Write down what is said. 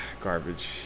Garbage